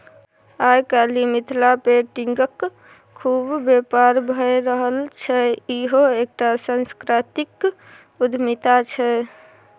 आय काल्हि मिथिला पेटिंगक खुब बेपार भए रहल छै इहो एकटा सांस्कृतिक उद्यमिता छै